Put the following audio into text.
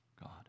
God